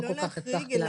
לא כל כך הצלחתי להבין.